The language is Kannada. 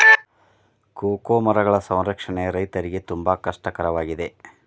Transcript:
ಕೋಕೋ ಮರಗಳ ಸಂರಕ್ಷಣೆ ರೈತರಿಗೆ ತುಂಬಾ ಕಷ್ಟ ಕರವಾಗಿದೆ